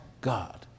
God